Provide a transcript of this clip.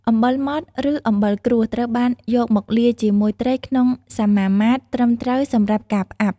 អំបិលម៉ដ្ឋ ឬ អំបិលគ្រួស ត្រូវបានយកមកលាយជាមួយត្រីក្នុងសមាមាត្រត្រឹមត្រូវសម្រាប់ការផ្អាប់។